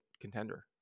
contender